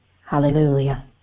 Hallelujah